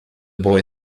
boy